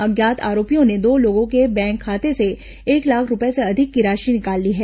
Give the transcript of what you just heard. अज्ञात आरोपियों ने दो लोगों के बैंक खाते से एक लाख रूपये से अधिक की राशि निकाल ली है